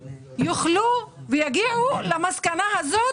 על משקאות מתוקים וגם על הסברה ופעולות חינוך?